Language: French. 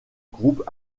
groupe